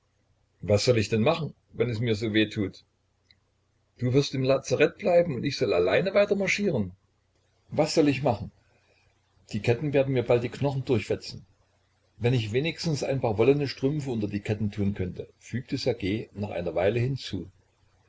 was soll ich denn machen wenn es mir so weh tut du wirst im lazarett bleiben und ich soll allein weiter marschieren was soll ich machen die ketten werden mir bald die knochen durchwetzen wenn ich wenigstens ein paar wollene strümpfe unter die ketten tun könnte fügte ssergej nach einer weile hinzu